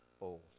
old